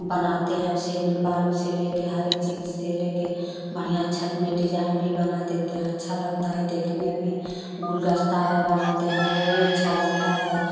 बनाते हैं सीमेंट बालू से ले के हर एक चीज से ले के बढ़िया छत में डिज़ाइन भी बना देते हैं अच्छा लगता है देखने में गुलदस्ता है बनाते हैं वो भी अच्छा लगता है